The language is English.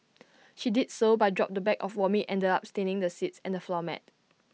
she did so but dropped the bag of vomit ended up staining the seats and the floor mat